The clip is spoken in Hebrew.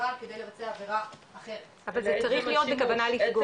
ברעל כדי לבצע עבירה אחרת --- אבל זה צריך להיות בכוונה לפגוע,